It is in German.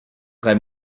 drei